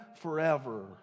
forever